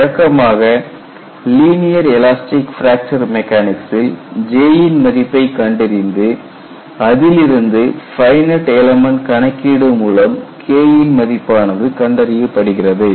வழக்கமாக linear elastic fracture மெக்கானிக்சில் J யின் மதிப்பை கண்டறிந்து அதிலிருந்து ஃபைனட் எலமன்ட் கணக்கீடு மூலம் K யின் மதிப்பானது கண்டறியப்படுகிறது